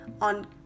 on